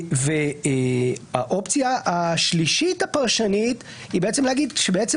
האופציה השלישית הפרשנית היא להגיד שבעצם